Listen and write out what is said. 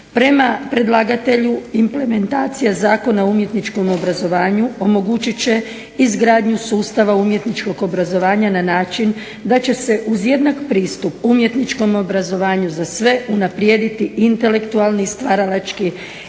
Prema predlagatelju implementacija Zakona o umjetničkom obrazovanju omogućit će izgradnju sustava umjetničkog obrazovanja na način da će se uz jednak pristup umjetničkom obrazovanju za sve unaprijediti intelektualni i stvaralački,